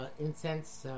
incense